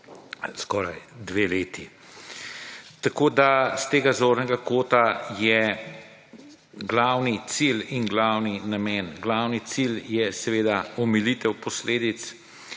skoraj 2 leti. Tako da s tega zornega kota je glavni cilj in glavni namen, glavni cilj je seveda omilitev posledic,